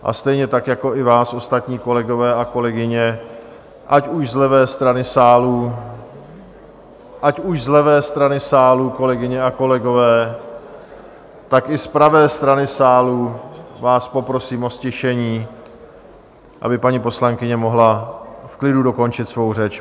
A stejně tak jako i vás ostatní, kolegové a kolegyně, ať už z levé strany sálu... ať už z levé strany sálu, kolegyně a kolegové... , tak i z pravé strany sálu vás poprosím o ztišení, aby paní poslankyně mohla v klidu dokončit svou řeč.